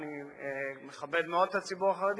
אני מכבד מאוד את הציבור החרדי,